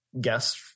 guest